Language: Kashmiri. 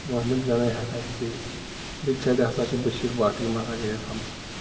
محمد گنایی ہسا چھِ بیٚیہِ بیٚکہِ سایڈٕ ہسا چھِ بٔشیٖر بٹ یِم ہسا گٔے اَسہِ ہمساے